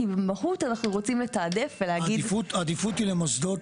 כי במהות אנחנו רוצים לתעדף ולהגיד --- העדיפות היא למוסדות,